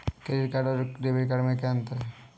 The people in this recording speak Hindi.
क्रेडिट कार्ड और डेबिट कार्ड में क्या अंतर है?